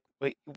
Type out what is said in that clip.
wait